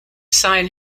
sign